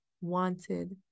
wanted